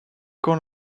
quand